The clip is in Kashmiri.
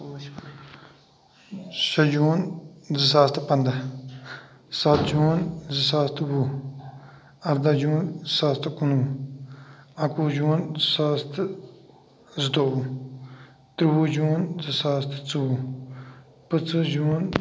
شےٚ جوٗن زٕ ساس تہٕ پَنٛداہ سَتھ جوٗن زٕ ساس تہٕ وُہ اَرداہ جوٗن زٕ ساس تہٕ کُنوُہ اَکوُہ جوٗن زٕ ساس تہٕ زٕتووُہ ترٛووُہ جوٗن زٕ ساس تہٕ ژووُہ پٍنژٕہ جوٗن